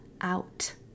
out